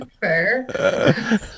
Fair